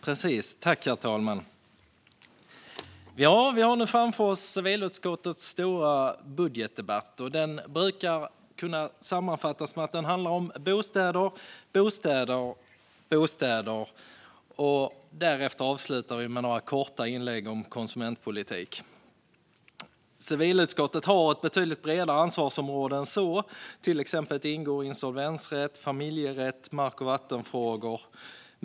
Herr talman! Vi har nu framför oss civilutskottets stora budgetdebatt, och den brukar kunna sammanfattas som att den handlar om bostäder, bostäder, bostäder och därefter avslutas med några korta inlägg om konsumentpolitik. Civilutskottet har ett betydligt bredare ansvarsområde än så - exempelvis ingår insolvensrätt, familjerätt och mark och vattenfrågor.